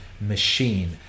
machine